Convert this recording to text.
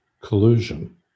collusion